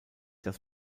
das